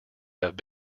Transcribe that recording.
have